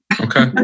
Okay